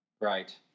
Right